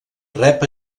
rep